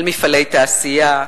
על מפעלי תעשייה?